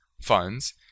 funds